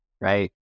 Right